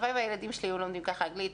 הלוואי והילדים שלי היו לומדים ככה אנגלית,